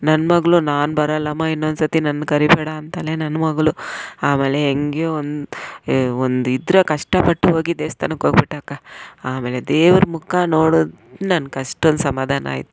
ನನ್ಮಗಳು ನಾನು ಬರಲ್ಲಮ್ಮ ಇನ್ನೊಂದ್ಸರ್ತಿ ನನ್ನ ಕರಿಬೇಡ ಅಂತಲೇ ನನ್ಮಗಳು ಆಮೇಲೆ ಹೆಂಗೋ ಒಂದು ಒಂದು ಇದ್ರಾಗ ಕಷ್ಟಪಟ್ಟು ಹೋಗಿ ದೇವ್ಸ್ಥಾನಕ್ಕೋಗ್ಬಿಟ್ಟೆ ಅಕ್ಕ ಆಮೇಲೆ ದೇವರ ಮುಖ ನೋಡೋದು ನನ್ಗೆ ಅಷ್ಟೊಂದು ಸಮಾಧಾನ ಆಯಿತು